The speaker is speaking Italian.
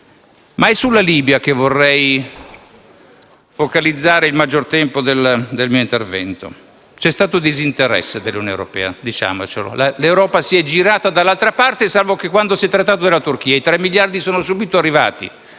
però, sulla Libia che vorrei focalizzare la maggiore parte del mio intervento. C'è stato disinteresse dell'Unione europea. L'Europa si è girata dall'altra parte, salvo quando si è trattata della Turchia: tre miliardi sono subito arrivati